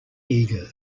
eager